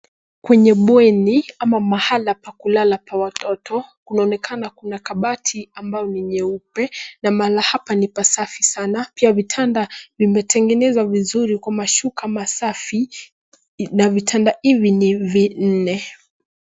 Kwenye bweni ama mahali pa kulala pa watoto kunaonekana kuna kabati ambayo ni nyeupe na mahali hapa ni pasafi sana. Pia vitanda vimetengenezwa vizuri kwa mashuka masafi na vitanda hivi ni vinne.